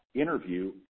interview